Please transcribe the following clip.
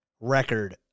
record